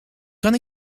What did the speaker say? kan